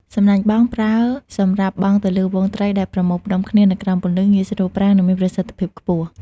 សំណាញ់បង់ ប្រើសម្រាប់បង់ទៅលើហ្វូងត្រីដែលប្រមូលផ្តុំគ្នានៅក្រោមពន្លឺ។ ងាយស្រួលប្រើ និងមានប្រសិទ្ធភាពខ្ពស់។